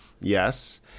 Yes